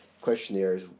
questionnaires